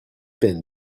been